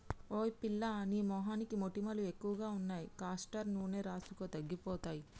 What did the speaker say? ఓయ్ పిల్లా నీ మొహానికి మొటిమలు ఎక్కువగా ఉన్నాయి కాస్టర్ నూనె రాసుకో తగ్గిపోతాయి